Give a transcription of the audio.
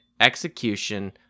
execution